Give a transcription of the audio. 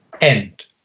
End